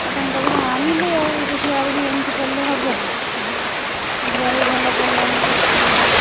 ଆଉ ତୁମ ପାଖରୁ ଆଣିଲି ଆଉ ଦେଖିଲା ବେଳକୁ ଏମିତି ପଡ଼ିଲେ ହେବ କିି ଦେଖିଲା ବେଳକୁ ଭଲ ପଡ଼ିଲନି ଫେସ୍ କ୍ରିମ୍ଟା